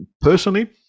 personally